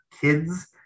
kids